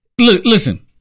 listen